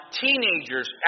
teenagers